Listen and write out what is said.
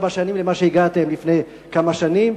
ארבע שנים למה שהגעתם לפני כמה שנים,